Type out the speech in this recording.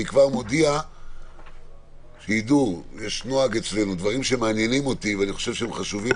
אני כבר מודיע שדברים שמעניינים אותי ואני חושב שהם חשובים,